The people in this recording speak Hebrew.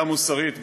גם מוסרית,